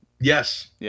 Yes